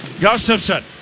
Gustafson